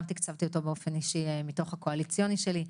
תקצבתי אותו באופן אישי מתוך התקציב הקואליציוני שלי.